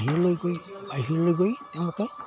বাহিৰলৈ গৈ বাহিৰলৈ গৈ তেওঁলোকে